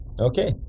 okay